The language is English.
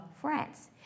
France